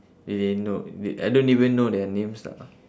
eh no wait I don't even know their names lah